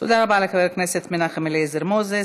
תודה רבה לחבר הכנסת מנחם אליעזר מוזס.